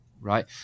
Right